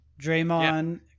Draymond